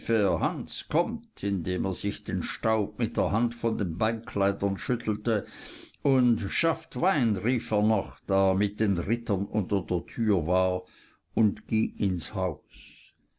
hans kommt indem er sich den staub mit der hand von den beinkleidern schüttelte und schafft wein rief er noch da er mit den rittern unter der tür war und ging ins haus